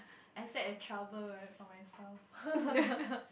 I set a trouble right for myself